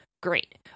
Great